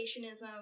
creationism